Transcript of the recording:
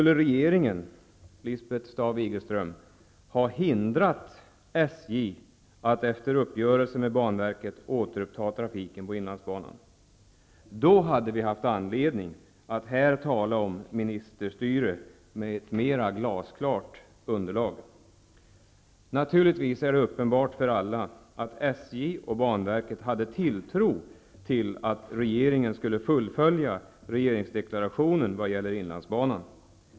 Om regeringen, Lisbeth Staaf-Igelström, hade hindrat SJ att efter uppgörelse med banverket återuppta trafiken på inlandsbanan, skulle vi ha haft anledning att här tala om ministerstyre utifrån ett mera glasklart underlag. Naturligtvis är det uppenbart för alla att SJ och banverket hade tilltro till regeringen -- man trodde att regeringen skulle fullfölja regeringsdeklarationen vad gäller inlandsbanan.